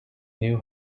new